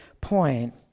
point